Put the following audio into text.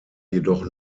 jedoch